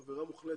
עבירה מוחלטת,